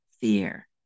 fear